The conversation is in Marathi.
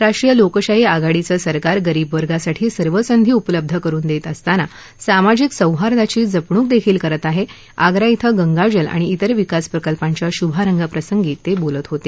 राष्ट्रीय लोकशाही आघाडीचं सरकार गरीब वर्गासाठी सर्व संधी उपलब्ध करुन देत असताना सामाजिक सौंहार्दाची जपणूक देखील करत आहे आग्रा श्वे गंगाजल आणि तिर विकास प्रकल्पांच्या शुभारंभ प्रसंगी ते बोलत होते